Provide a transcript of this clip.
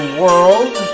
world